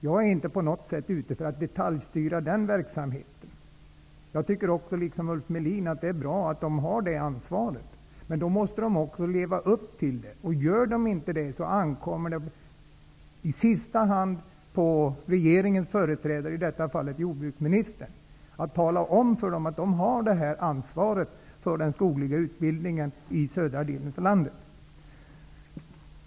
Jag är inte på något sätt ute efter att detaljstyra den verksamheten. Jag tycker, liksom Ulf Melin, att det är bra att myndigheterna har ansvaret, men de måste också leva upp till det. Det ankommer i sista hand på regeringens företrädare, i detta fall jordbruksministern, att tala om för Lantbruksuniversitetet att de har ansvaret för den skogliga utbildningen i södra delen av landet.